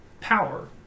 power